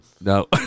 No